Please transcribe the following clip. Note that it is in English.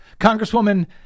Congresswoman